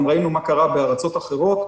גם ראינו מה קרה בארצות אחרות.